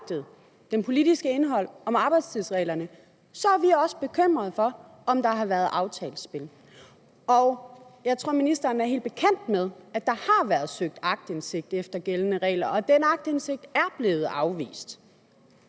det politiske indhold om arbejdstidsreglerne er vi også bekymret for, at der har været aftalt spil. Jeg tror, at ministeren er helt bekendt med, at der har været søgt aktindsigt efter gældende regler, og at den aktindsigt er blevet afvist.